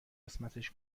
قسمتش